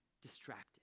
distracted